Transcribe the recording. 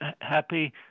happy